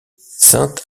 sainte